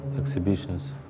exhibitions